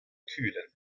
kühlen